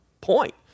point